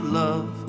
love